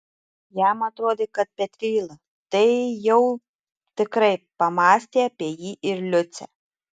jam atrodė kad petryla tai jau tikrai pamąstė apie jį ir liucę